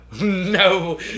no